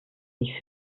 sich